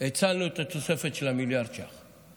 הצלנו את התוספת של מיליארד ש"ח.